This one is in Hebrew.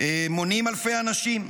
הם מונים אלפי אנשים.